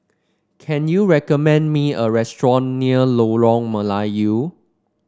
can you recommend me a restaurant near Lorong Melayu